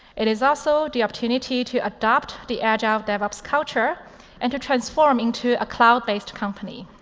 it is also the opportunity to adopt the agile devops culture and to transform into a cloud based company.